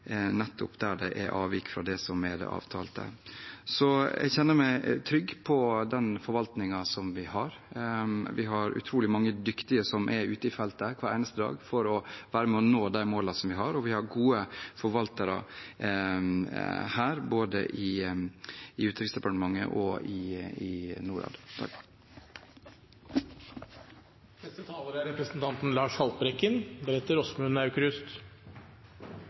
nettopp der det er avvik fra det som er det avtalte. Jeg kjenner meg trygg på den forvaltningen vi har. Vi har utrolig mange dyktige som er ute i feltet hver eneste dag for å være med og nå de målene som vi har, og vi har gode forvaltere her, både i Utenriksdepartementet og i Norad. Jeg vil først få takke statsråden for svarene han har gitt. Jeg er